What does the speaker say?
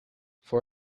voor